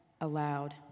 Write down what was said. aloud